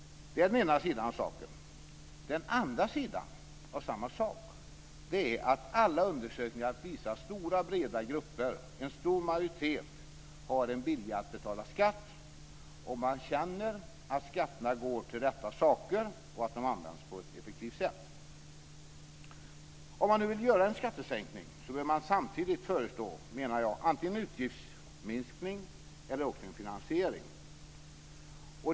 Det är den ena sidan av saken. Den andra sidan av samma sak är att alla undersökningar visar att stora, breda grupper, en stor majoritet, har en vilja att betala skatt - om man känner att skatterna går till rätt saker och används på ett effektivt sätt. Om man nu vill göra en skattesänkning bör man samtidigt, menar jag, föreslå antingen en utgiftsminskning eller en annan finansiering.